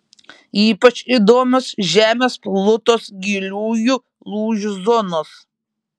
ypač įdomios žemės plutos giliųjų lūžių zonos